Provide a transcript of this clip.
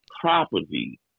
property